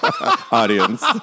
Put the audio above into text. audience